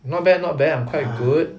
not bad not bad I'm quite good